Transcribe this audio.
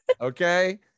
Okay